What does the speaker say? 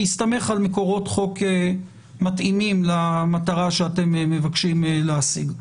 שיסתמך על מקורות חוק מתאימים למטרה שאתם מבקשים להשיג.